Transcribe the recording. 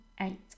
eight